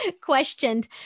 questioned